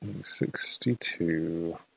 Sixty-two